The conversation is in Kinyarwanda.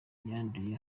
yanduye